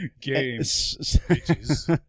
games